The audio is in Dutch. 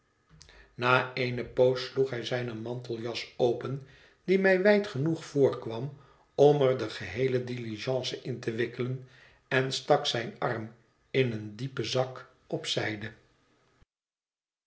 na eene poos sloeg hij zijne manteljas open die mij wijd genoeg voorkwam om er de geheele diligence in te wikkelen en stak zijn arm in een diepen zak op zijde